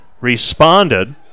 responded